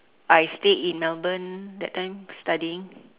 I stay in melbourne that time studying